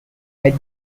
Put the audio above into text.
head